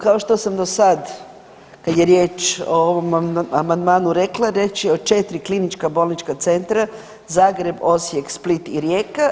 Kao što sam do sad kad je riječ o ovom amandmanu rekla riječ je o 4 klinička bolnička centra Zagreb, Osijek, Split i Rijeka.